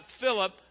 Philip